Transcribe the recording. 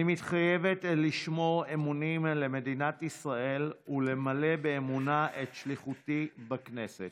אני מתחייבת לשמור אמונים למדינת ישראל ולמלא באמונה את שליחותי בכנסת.